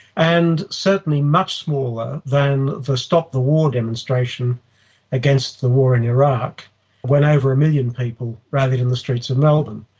and certainly much smaller than the stop the war demonstration against the war in iraq when over a million people rallied in the streets of london.